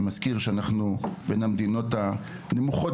אני מזכיר שאנחנו בין המדינות הנמוכות